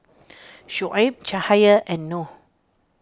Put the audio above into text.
Shoaib Cahaya and Noh